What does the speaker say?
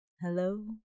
Hello